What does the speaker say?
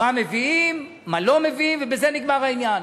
מה מביאים, מה לא מביאים, ובזה נגמר העניין.